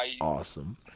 Awesome